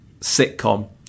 sitcom